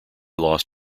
lost